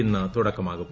ഇന്ന് തുടക്കമാകും